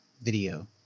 video